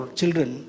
children